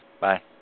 Bye